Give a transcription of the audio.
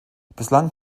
bislang